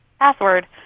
password